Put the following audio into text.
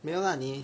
没有 lah 你